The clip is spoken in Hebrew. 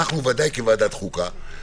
אנחנו בוודאי כוועדת החוקה,